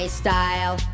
style